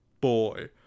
Boy